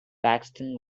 paxton